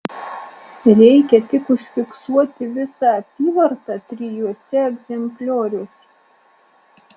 reikia tik užfiksuoti visą apyvartą trijuose egzemplioriuose